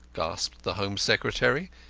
gasped the home secretary,